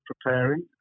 preparing